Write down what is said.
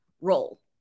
role